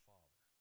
Father